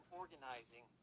organizing